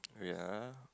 wait ah